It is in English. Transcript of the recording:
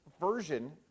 version